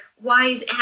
wise